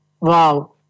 Wow